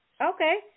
Okay